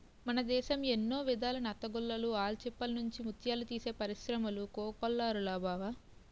మన దేశం ఎన్నో విధాల నత్తగుల్లలు, ఆల్చిప్పల నుండి ముత్యాలు తీసే పరిశ్రములు కోకొల్లలురా బావా